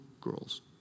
girls